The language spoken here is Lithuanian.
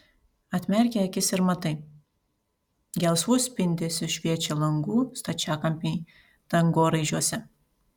atmerki akis ir matai gelsvu spindesiu šviečia langų stačiakampiai dangoraižiuose